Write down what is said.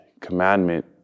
commandment